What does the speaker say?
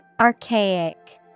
Archaic